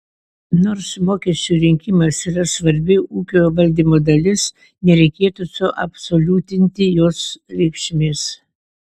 nors mokesčių rinkimas yra svarbi ūkio valdymo dalis nereikėtų suabsoliutinti jos reikšmės